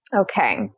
Okay